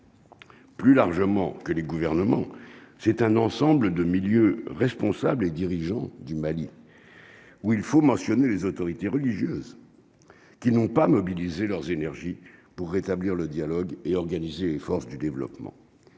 Plus largement, que les gouvernements, c'est un ensemble de milieu responsables, les dirigeants du Mali, où il faut mentionner les autorités religieuses qui n'ont pas mobilisé leurs énergies pour rétablir le dialogue et organisé, force du développement,